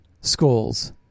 schools